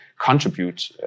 contribute